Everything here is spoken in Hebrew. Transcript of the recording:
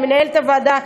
למנהלת הוועדה,